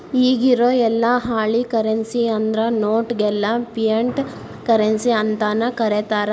ಇಗಿರೊ ಯೆಲ್ಲಾ ಹಾಳಿ ಕರೆನ್ಸಿ ಅಂದ್ರ ನೋಟ್ ಗೆಲ್ಲಾ ಫಿಯಟ್ ಕರೆನ್ಸಿ ಅಂತನ ಕರೇತಾರ